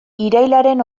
irailaren